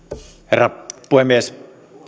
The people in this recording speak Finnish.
herra puhemies